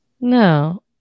No